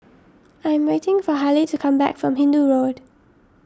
I am waiting for Hailie to come back from Hindoo Road